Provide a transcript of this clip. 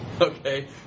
Okay